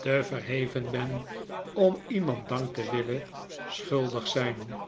te verheven ben om iemand dank te willen schuldig zijn